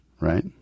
right